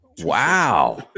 Wow